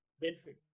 benefit